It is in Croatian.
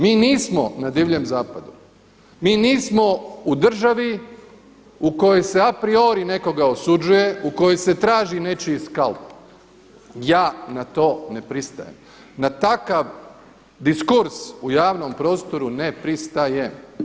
Mi nismo na Divljem zapadu, mi nismo u državi u kojoj se a priori nekoga osuđuje, u kojoj se traži nečiji skalp, ja na to ne pristajem, na takav diskurs u javnom prostoru ne pristajem.